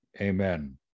Amen